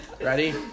Ready